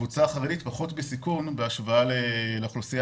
הקבוצה החרדית פחות בסיכון בהשוואה לאוכלוסייה